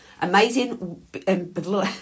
Amazing